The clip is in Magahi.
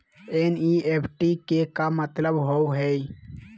एन.ई.एफ.टी के का मतलव होव हई?